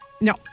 No